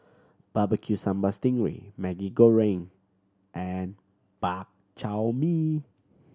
bbq sambal sting ray Maggi Goreng and Bak Chor Mee